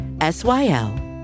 S-Y-L